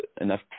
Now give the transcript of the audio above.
enough